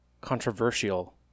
controversial